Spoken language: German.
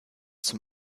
zum